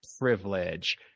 privilege